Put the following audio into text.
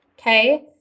Okay